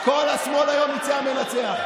כל השמאל היום יצא המנצח.